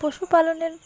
পশু পালনের